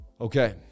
okay